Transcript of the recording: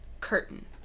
curtain